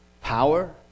Power